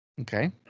Okay